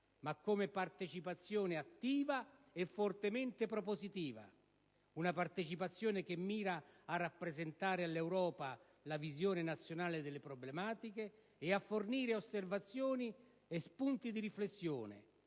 ma come partecipazione attiva e fortemente propositiva. Una partecipazione che mira a rappresentare all'Europa la visione nazionale delle problematiche e a fornire osservazioni e spunti di riflessione,